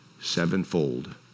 sevenfold